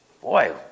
boy